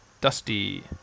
Dusty